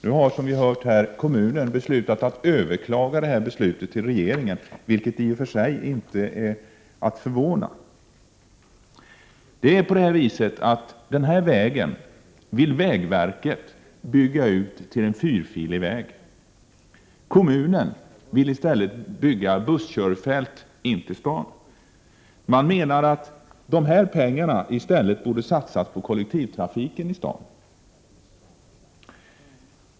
Nu har, som vi har hört, kommunen beslutat överklaga beslutet till regeringen, vilket i och för sig inte är förvånande. Vägverket vill bygga ut denna väg till en fyrfilig väg. Kommunen vill i stället bygga busskörfält in till staden. Kommunen menar att dessa pengar borde satsas på kollektivtrafiken i staden.